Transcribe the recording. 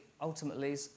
ultimately